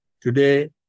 today